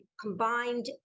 combined